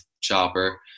chopper